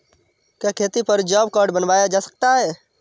क्या खेती पर जॉब कार्ड बनवाया जा सकता है?